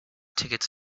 tickets